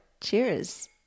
Cheers